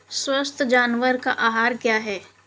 स्वस्थ जानवर का आहार क्या है?